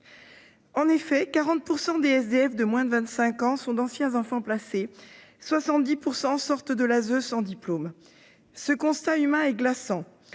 En effet, 40 % des SDF de moins de 25 ans sont d'anciens enfants placés. Parmi ces derniers, 70 % sortent de l'ASE sans diplôme. Ce constat humain est glaçant.